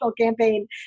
campaign